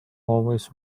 always